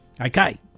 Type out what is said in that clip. Okay